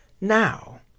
now